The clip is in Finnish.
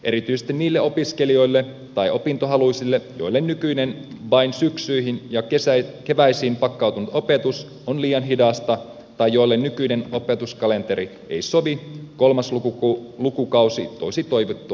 erityisesti niille opiskelijoille tai opintohaluisille joille nykyinen vain syksyihin ja keväisiin pakkautunut opetus on liian hidasta tai joille nykyinen opetuskalenteri ei sovi kolmas lukukausi toisi toivottua joustavuutta